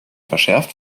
verschärft